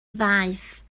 ddaeth